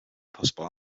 possible